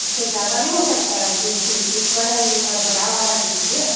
उससे ज़्यादा नहींहो सकता है बीस कि तीस बढ़ाइए थोड़ा वढ़ा के दीजिए